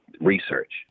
research